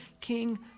king